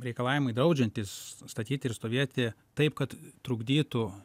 reikalavimai draudžiantys statyti ir stovėti taip kad trukdytų